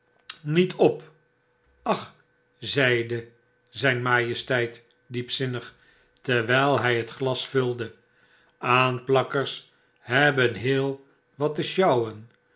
niet op ach zeide zijn majesteit diepzinnig terwjjl hg het glas vulde aanplakkers hebben heel wat te sjouwen